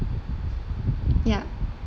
yup